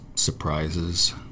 surprises